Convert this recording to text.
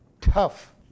tough